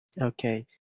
Okay